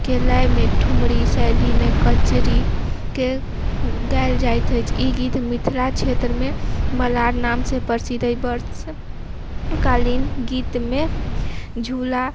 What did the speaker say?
के लयमे ठुमरी शैलीमे कजरीके गायल जाइत अछि ई गीत मिथिला क्षेत्रमे मलार नामसँ प्रसिद्ध अइ बरसाकालीन गीतमे झूला